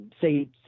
say